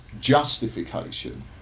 justification